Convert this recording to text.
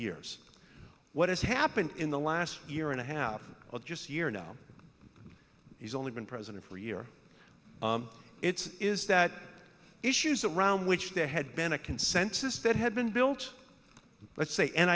years what has happened in the last year and a half of just year now he's only been president for a year it's is that issues around which there had been a consensus that had been built let's say and